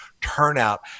turnout